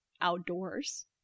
outdoors